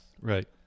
right